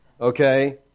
okay